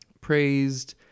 praised